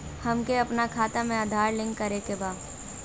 हमके अपना खाता में आधार लिंक करें के बा?